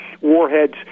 warheads